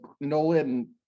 Nolan